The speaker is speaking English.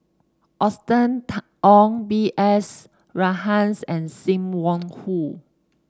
Austen Ong B S Rajhans and Sim Wong Hoo